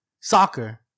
soccer